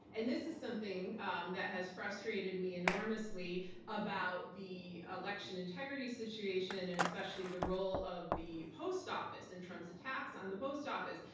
and this is something um that has frustrated me enormously about the election integrity situation and especially the role of the post office and trump's attacks on the post office,